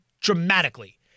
dramatically